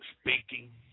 speaking